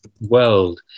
World